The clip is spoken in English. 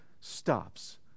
stops